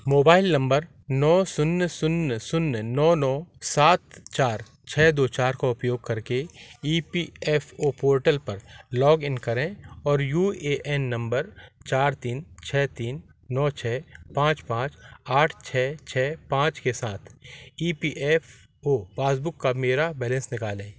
mobile number नौ शून्य शून्य शून्य नौ नौ सात चार छः दो चार का उपयोग करके E P F O portal पर लोग इन करें और यू ए एन नम्बर चार तीन छः तीन नौ छः पाँच पाँच आठ छः छः पाँच पाँच के साथ E P F O passbook का मेरा बैलेन्स निकालें